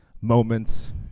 moments